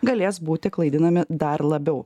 galės būti klaidinami dar labiau